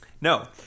No